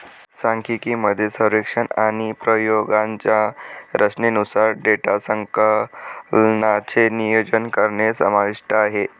सांख्यिकी मध्ये सर्वेक्षण आणि प्रयोगांच्या रचनेनुसार डेटा संकलनाचे नियोजन करणे समाविष्ट आहे